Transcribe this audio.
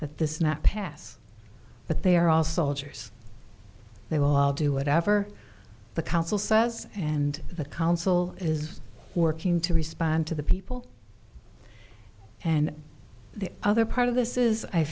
that this not pass but they are all soldiers they will all do whatever the council says and the council is working to respond to the people and the other part of this is i